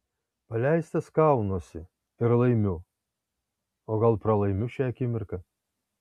paleistas kaunuosi ir laimiu o gal pralaimiu šią akimirką